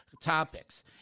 topics